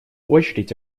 очередь